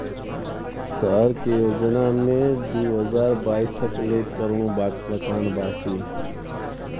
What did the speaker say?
सहर के योजना मे दू हज़ार बाईस तक ले करोड़ मकान बनी